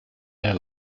air